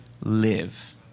live